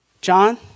John